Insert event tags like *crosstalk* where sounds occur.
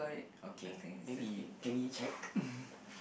okay maybe can we check *breath*